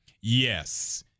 Yes